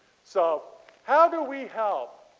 so how do we help?